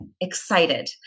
excited